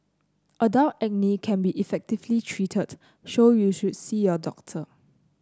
adult acne can be effectively treated so you should see your doctor